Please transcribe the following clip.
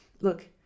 look